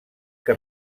que